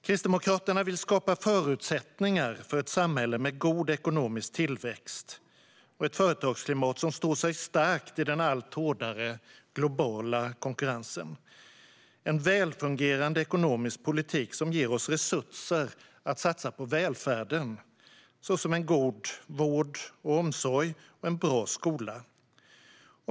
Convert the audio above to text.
Kristdemokraterna vill skapa förutsättningar för ett samhälle med god ekonomisk tillväxt, ett företagsklimat som står sig starkt i den allt hårdare globala konkurrensen och en välfungerande ekonomisk politik som ger oss resurser att satsa på välfärden, såsom en god vård och omsorg och en bra skola.